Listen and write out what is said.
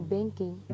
Banking